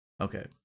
Okay